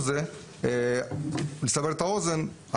לסבר את האוזן,